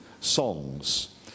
songs